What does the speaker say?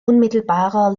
unmittelbarer